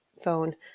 phone